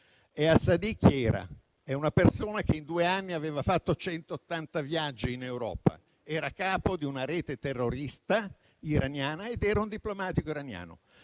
Era è una persona che, in due anni, aveva fatto centottanta viaggi in Europa, era capo di una rete terrorista iraniana ed era un diplomatico iraniano.